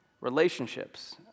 Relationships